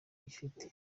gifite